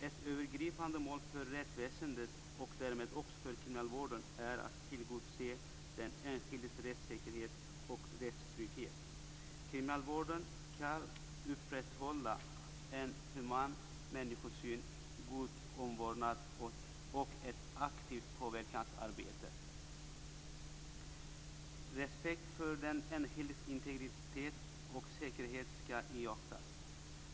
Ett övergripande mål för rättsväsendet och därmed också för kriminalvården är att tillgodose den enskildes rättssäkerhet och rättstrygghet. Kriminalvården skall upprätthålla en human människosyn, god omvårdnad och ett aktivt påverkansarbete. Respekt för den enskildes integritet och säkerhet skall iakttas.